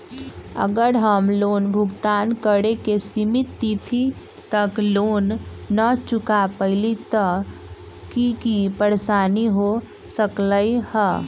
अगर हम लोन भुगतान करे के सिमित तिथि तक लोन न चुका पईली त की की परेशानी हो सकलई ह?